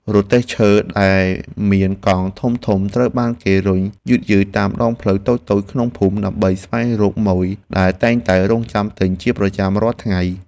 រទេះឈើដែលមានកង់ធំៗត្រូវបានគេរុញយឺតៗតាមដងផ្លូវតូចៗក្នុងភូមិ ដើម្បីស្វែងរកម៉ូយដែលតែងតែរង់ចាំទិញជាប្រចាំរាល់ថ្ងៃ។